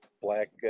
black